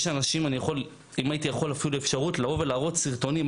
אם הייתי יכול להראות סרטונים,